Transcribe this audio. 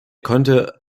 konnte